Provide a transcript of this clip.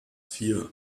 vier